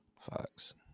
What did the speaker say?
Fox